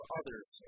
others